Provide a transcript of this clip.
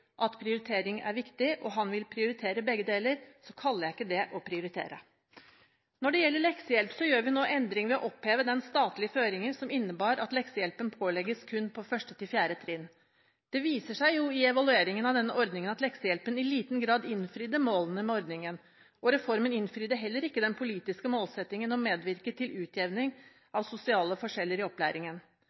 at prioritering er viktig, og han vil prioritere begge deler, kaller ikke jeg det å prioritere. Når det gjelder leksehjelp, gjør vi nå endringer ved å oppheve den statlige føringen som innebar at leksehjelpen ble pålagt kun fra første til fjerde trinn. Det viser seg jo i evalueringen av denne ordningen at leksehjelpen i liten grad innfridde målene med ordningen. Reformen innfridde heller ikke den politiske målsettingen om å medvirke til utjevning av sosiale forskjeller i opplæringen.